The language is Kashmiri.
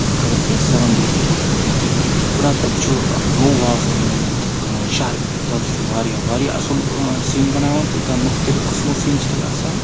خبَر کیاہ سیٚوَن ڈیز کیف دَپان حظ تَتہِ چھُ اَکھ نو واز تہٕ اوٚنمُت شَہرٕ پؠٹھ تہٕ سُہ چھُ واریاہ واریاہ اَصٕل سیٖن بَناوان تہٕ مُختٔلِف قٕسمٕکۍ سیٖن چھِ تَتہِ آسان